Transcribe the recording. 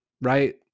right